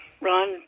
Ron